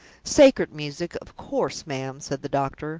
sacred music, of course, ma'am, said the doctor.